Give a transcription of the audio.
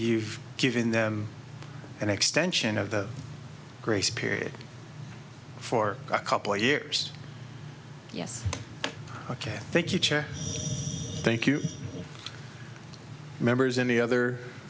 you've given them an extension of the grace period for a couple of years yes ok thank you chad thank you members any other